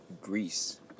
Greece